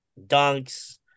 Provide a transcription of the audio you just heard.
dunks